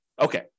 Okay